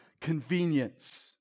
convenience